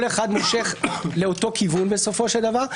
כל אחד מושך לאותו כיוון בסופו של דבר,